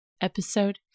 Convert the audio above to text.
episode